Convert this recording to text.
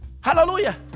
Hallelujah